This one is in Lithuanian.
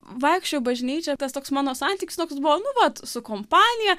vaikščiojau į bažnyčią tas toks mano santykis toks buvo nu vat su kompanija